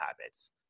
habits